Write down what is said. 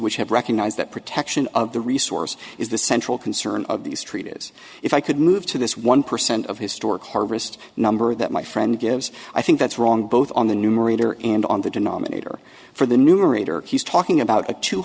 which have recognized that protection of the resource is the central concern of the street is if i could move to this one percent of historic harvest number that my friend gives i think that's wrong both on the numerator and on the denominator for the numerator he's talking about a two